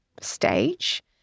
stage